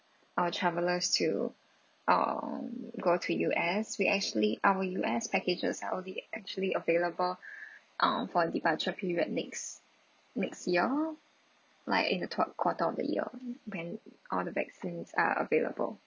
our travelers to um go to U_S we actually our U_S packages only actually available um for departure period next next year like in the top quarter of the year when all the vaccines are available